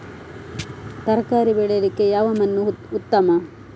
ತರಕಾರಿ ಬೆಳೆಯಲಿಕ್ಕೆ ಯಾವ ಮಣ್ಣು ಉತ್ತಮ?